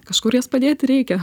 kažkur jas padėti reikia